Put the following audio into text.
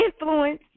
Influence